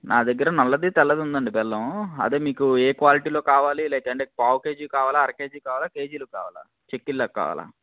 నా దగ్గర నల్లది తెల్లది ఉందండి బెల్లం అదే మీకు ఏ క్వాలిటీలో కావాల లైక్ అంటే పావు కేజీ కావాల అర కేజీ కావాల కేజీలో కావాలా చిక్కిలో కావాల